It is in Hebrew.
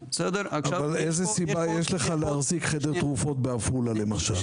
איזה סיבה יש לך להחזיק חדר תרופות בעפולה למשל?